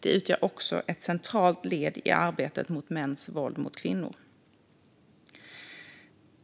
Det utgör också ett centralt led i arbetet mot mäns våld mot kvinnor.